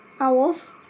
Owls